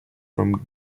from